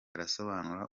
arasobanura